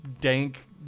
dank